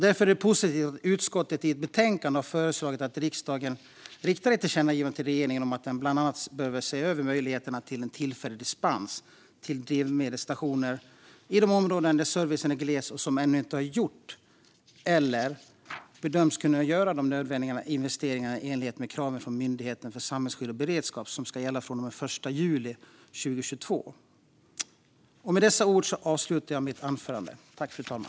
Därför är det positivt att utskottet i ett betänkande har föreslagit att riksdagen riktar ett tillkännagivande till regeringen om att den bland annat behöver se över möjligheterna till en tillfällig dispens för drivmedelsstationer i de områden där servicen är gles och som ännu inte har gjort eller inte bedöms kunna göra nödvändiga investeringar i enlighet med kraven från Myndigheten för samhällsskydd och beredskap som ska gälla från och med den 1 juli 2022.